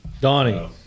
Donnie